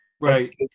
right